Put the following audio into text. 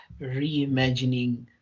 reimagining